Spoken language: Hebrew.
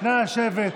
נא לשבת.